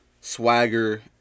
swagger